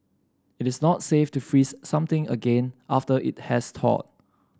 it is not safe to freeze something again after it has thawed